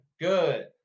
Good